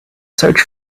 search